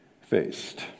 faced